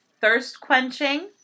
thirst-quenching